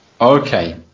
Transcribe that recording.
okay